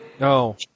No